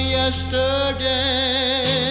yesterday